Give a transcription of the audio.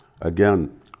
again